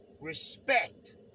respect